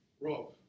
Rob